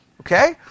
Okay